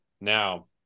now